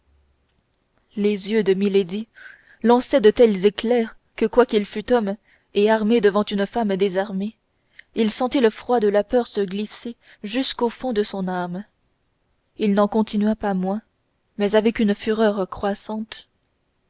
les yeux de milady lançaient de tels éclairs que quoiqu'il fût homme et armé devant une femme désarmée il sentit le froid de la peur se glisser jusqu'au fond de son âme il n'en continua pas moins mais avec une fureur croissante